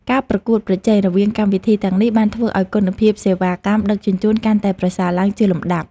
ការប្រកួតប្រជែងរវាងកម្មវិធីទាំងនេះបានធ្វើឱ្យគុណភាពសេវាកម្មដឹកជញ្ជូនកាន់តែប្រសើរឡើងជាលំដាប់។